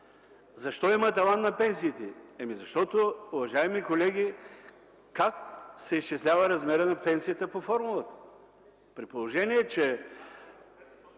защо има таван на пенсиите? Защото, уважаеми колеги, как се изчислява размерът на пенсията по формулата?